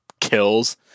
kills